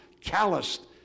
calloused